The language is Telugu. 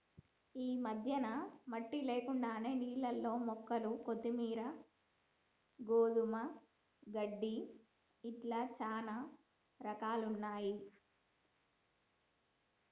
ఈ మధ్యన మట్టి లేకుండానే నీళ్లల్ల మొక్కలు కొత్తిమీరు, గోధుమ గడ్డి ఇట్లా చానా రకాలున్నయ్యి